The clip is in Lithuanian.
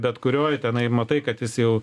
bet kurioj tenai matai kad jis jau